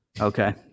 Okay